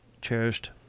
cherished